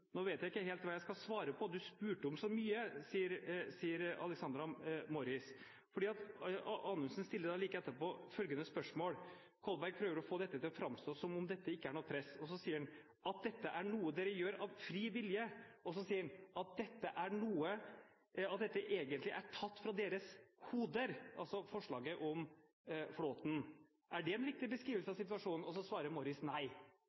vet jeg ikke helt hva jeg skal svare på – du spurte om så mye.» Anundsen stiller like etterpå følgende spørsmål: «Kolberg prøver å få dette til å framstå som om dette ikke er noe press, at dette er noe dere gjør av fri vilje.» Og han sier videre: «at dette egentlig er tatt fra deres hoder», altså forslaget om Flåthen. Og videre: «er det en riktig beskrivelse